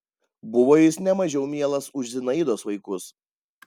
buvo jis ne mažiau mielas už zinaidos vaikus